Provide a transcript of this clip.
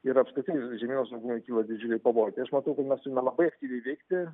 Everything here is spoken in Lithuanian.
ir apskritai žemyno saugumui kyla didžiuliai pavojai tai aš matau kad mes turime labai aktyviai veikti